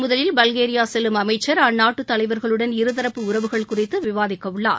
முதலில் பல்கேரியா செல்லும் அமைச்சர் அந்நாட்டு தலைவர்களுடன் இருதரப்பு உறவுகள் குறித்து விவாதிக்கவுள்ளார்